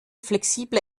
flexible